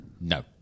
no